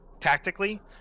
tactically